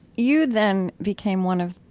you then became one of,